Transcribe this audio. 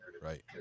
right